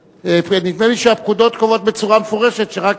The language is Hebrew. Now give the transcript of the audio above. נדמה לי שהפקודות קובעות בצורה מפורשת שרק